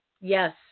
Yes